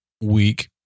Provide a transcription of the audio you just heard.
week